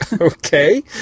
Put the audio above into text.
Okay